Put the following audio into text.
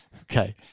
Okay